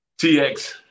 TX